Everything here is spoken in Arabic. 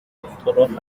الطرق